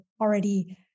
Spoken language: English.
already